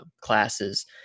classes